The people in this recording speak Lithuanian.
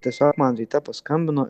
tiesiog man ryte paskambino